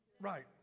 Right